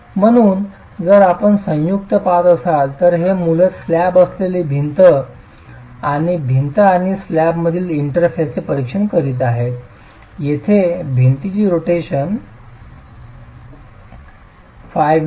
म्हणून जर आपण संयुक्त पाहत असाल तर हे मूलतः स्लॅब असलेली भिंत आणि भिंत आणि स्लॅबमधील इंटरफेसचे परीक्षण करीत आहे येथे भिंतीची रोटेशन φv आहे